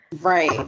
Right